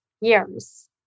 years